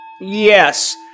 Yes